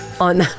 on